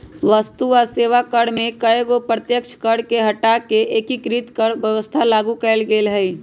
वस्तु आ सेवा कर में कयगो अप्रत्यक्ष कर के हटा कऽ एकीकृत कर व्यवस्था लागू कयल गेल हई